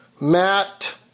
Matt